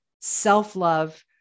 self-love